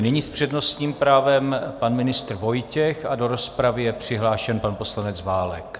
Nyní s přednostním právem pan ministr Vojtěch a do rozpravy je přihlášen pan poslanec Válek.